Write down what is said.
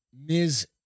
Ms